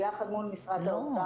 ויחד מול משרד האוצר,